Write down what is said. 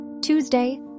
Tuesday